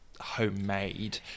homemade